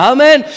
Amen